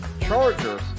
chargers